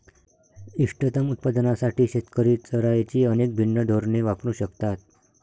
इष्टतम उत्पादनासाठी शेतकरी चराईची अनेक भिन्न धोरणे वापरू शकतात